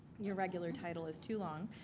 your regular title is too long